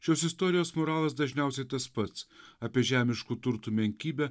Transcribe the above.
šios istorijos moralas dažniausiai tas pats apie žemiškų turtų menkybę